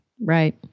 right